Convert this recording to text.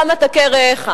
למה תכה רעך?